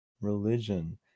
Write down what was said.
religion